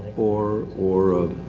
or, or, a.